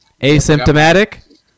asymptomatic